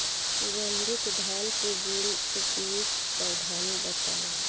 सुगंधित धान से जुड़ी उपयुक्त सावधानी बताई?